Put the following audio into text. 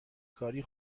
کاری